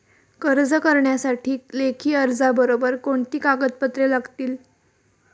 कर्ज करण्यासाठी लेखी अर्जाबरोबर कोणती कागदपत्रे लागतील?